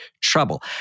trouble